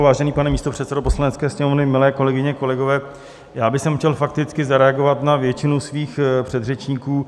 Vážený pane místopředsedo Poslanecké sněmovny, milé kolegyně, kolegové, já bych chtěl fakticky zareagovat na většinu svých předřečníků.